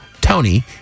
Tony